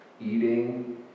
eating